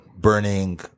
Burning